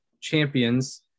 champions